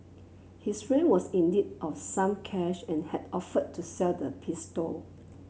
his friend was in need of some cash and had offered to sell the pistol